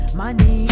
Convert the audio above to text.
Money